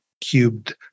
cubed